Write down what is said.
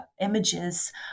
images